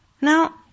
Now